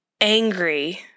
angry